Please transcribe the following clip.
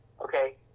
Okay